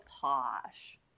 Posh